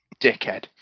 Dickhead